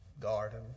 garden